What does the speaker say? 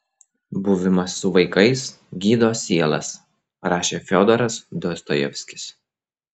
buvimas su vaikais gydo sielas rašė fiodoras dostojevskis